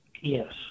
Yes